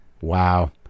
Wow